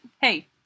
Hey